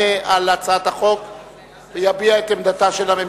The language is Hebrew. החינוך על מנת להכינה לקריאה שנייה ולקריאה שלישית.